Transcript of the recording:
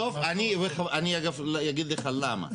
אני, אגב, אגיד לך למה.